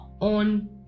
on